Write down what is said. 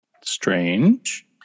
Strange